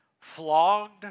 flogged